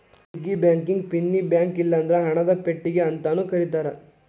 piggy ಬ್ಯಾಂಕಿಗಿ ಪಿನ್ನಿ bank ಇಲ್ಲಂದ್ರ ಹಣದ ಪೆಟ್ಟಿಗಿ ಅಂತಾನೂ ಕರೇತಾರ